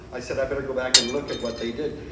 i said i'd better go back and look at what they did.